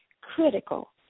critical